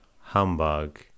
humbug